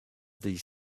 these